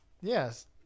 Yes